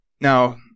Now